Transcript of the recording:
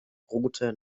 route